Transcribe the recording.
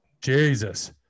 Jesus